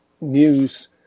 news